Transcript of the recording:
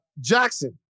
Jackson